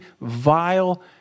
vile